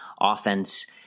offense